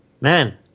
Man